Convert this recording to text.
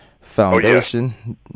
Foundation